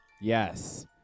Yes